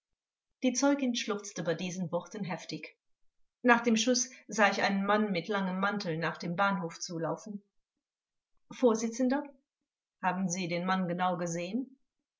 die zeugin schluchzte bei diesen worten heftig nach dem schuß sah ich einen mann mit langem mantel nach dem bahnhof zu laufen vors haben sie den mann genau gesehen